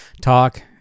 talk